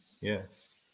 yes